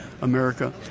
America